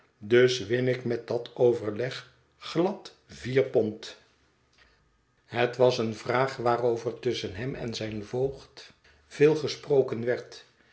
dus win ik met dat overleg glad vier pond het was eene vraag waarover tusschen hem richard's overleg in geldzaken en mijn voogd veel gesproken werd